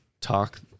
talk